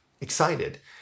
excited